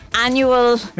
annual